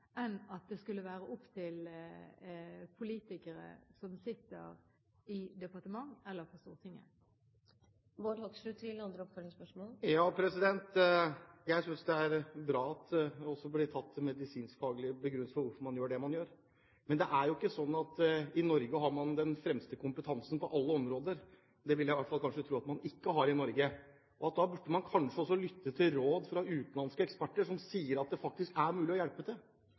enn at det skulle være opp til politikere som sitter i departement eller på Stortinget. Jeg synes det er bra at det også er medisinskfaglige begrunnelser for hvorfor man gjør det man gjør, men det er jo ikke sånn at i Norge har man den fremste kompetansen på alle områder. Det ville jeg kanskje tro at man ikke har i Norge. Man burde da kanskje også lytte til råd fra utenlandske eksperter, som sier at det faktisk er mulig å hjelpe.